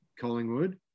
Collingwood